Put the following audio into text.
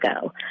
go